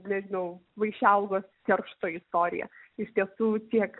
nežnau vaišelgos keršto istorija iš tiesų tiek